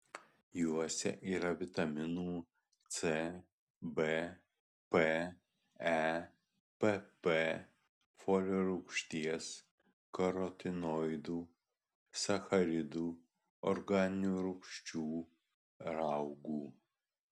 juose yra vitaminų c b p e pp folio rūgšties karotinoidų sacharidų organinių rūgščių raugų